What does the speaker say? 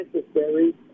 necessary